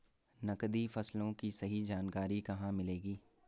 नकदी फसलों की सही जानकारी कहाँ मिलेगी?